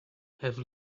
have